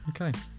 okay